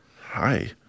Hi